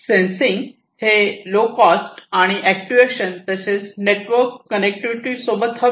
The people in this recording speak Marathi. सेन्सिंग हे लो कॉस्ट आणि अॅक्ट्युएशन तसेच नेटवर्क कंनेक्टिविटी सोबत हवे